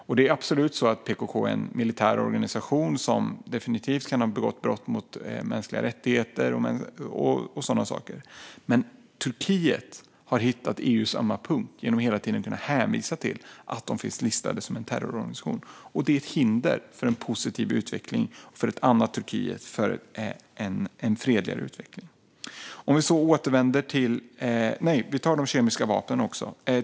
PKK är absolut en militär organisation som definitivt kan ha begått brott mot mänskliga rättigheter och sådana saker. Men Turkiet har hittat EU:s ömma punkt genom att hela tiden kunna hänvisa till att PKK finns listat som terrororganisation, och det är ett hinder för en positiv utveckling, ett annat Turkiet och en fredligare utveckling. Vi tar de kemiska vapnen också.